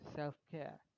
self-care